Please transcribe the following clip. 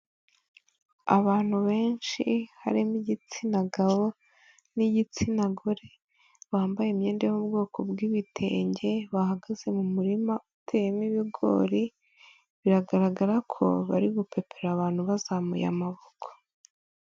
Abantu benshi harimo igitsina gabo n'igitsina gore bambaye imyenda yo mu bwoko bw'ibitenge bahagaze mu murima uteyemo ibigori biragaragara ko bari gukapera abantu bazamuye amaboko.